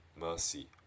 mercy